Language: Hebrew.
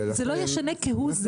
זה לא ישנה כהוא זה.